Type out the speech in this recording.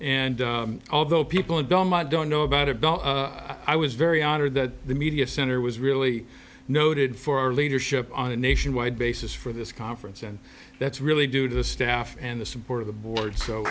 and although people in douma don't know about it i was very honored that the media center was really noted for our leadership on a nationwide basis for this conference and that's really due to the staff and the support of the board so